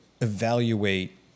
evaluate